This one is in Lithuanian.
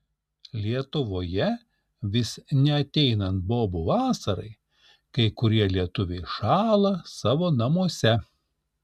lietuvoje vis neateinat bobų vasarai kai kurie lietuviai šąla savo namuose